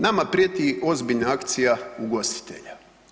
Nama prijeti ozbiljna akcija ugostitelja.